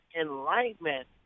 enlightenment